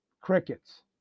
crickets